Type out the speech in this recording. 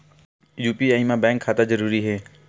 UPI मा bank खाता जरूरी हे?